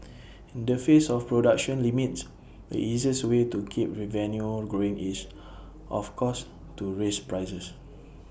in the face of production limits the easiest way to keep revenue growing is of course to raise prices